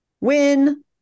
Win